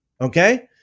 Okay